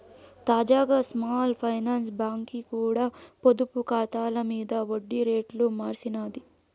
తాజాగా small finance బాంకీ కూడా పొదుపు కాతాల మింద ఒడ్డి రేట్లు మార్సినాది